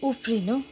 उफ्रिनु